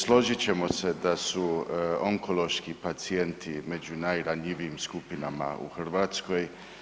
Složit ćemo se su onkološki pacijenti među najranjivijim skupinama u Hrvatskoj.